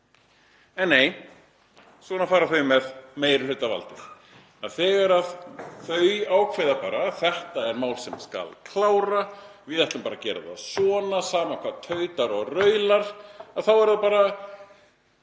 En nei, svona fara þau með meirihlutavaldið. Þegar þau ákveða að þetta sé mál sem skuli klárað: Við ætlum bara að gera það svona sama hvað tautar og raular, þá er fjármálaráðherra